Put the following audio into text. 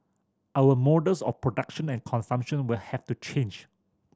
our models of production and consumption will have to change